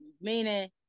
meaning